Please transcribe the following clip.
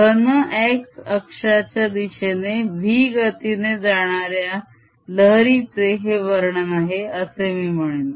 धन x अक्षाच्या दिशेने v गतीने जाणाऱ्या लहरीचे हे वर्णन आहे असे मी म्हणेन